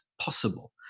possible